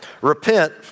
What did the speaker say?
Repent